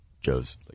Joe's